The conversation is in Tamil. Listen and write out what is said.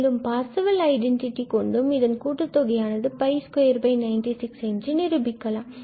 மேலும் பார்சவெல் ஐடென்டிட்டி கொண்டும் இதன் கூட்டுத்தொகை ஆனது 296 என்று நிரூபிக்கலாம்